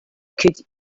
could